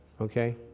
Okay